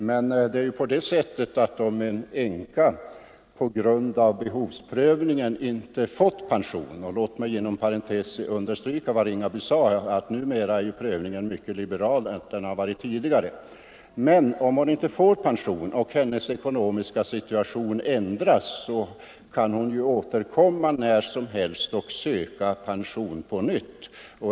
Men det är på det sättet att om en änka på grund av behovsprövningen inte får pension — låt mig här understryka vad herr Ringaby sade, nämligen att prövningen numera är mycket liberalare än tidigare — och hennes ekonomiska situation sedan ändras, så kan hon när som helst återkomma och söka pension på nytt.